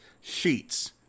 sheets